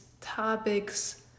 topics